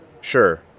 Sure